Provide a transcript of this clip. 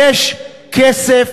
יש כסף.